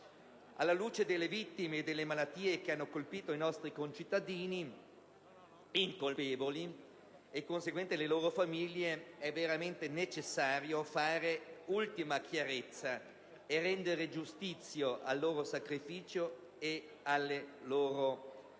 Alla luce delle vittime e delle malattie che hanno colpito i nostri concittadini incolpevoli e conseguentemente le loro famiglie, è veramente necessario fare definitivamente chiarezza e rendere giustizia al loro sacrificio e alle loro